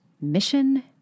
Mission